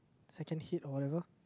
second head whatever